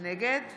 נגד